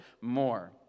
more